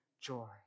joy